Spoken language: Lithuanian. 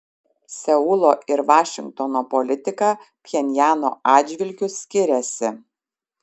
seulo ir vašingtono politika pchenjano atžvilgiu skiriasi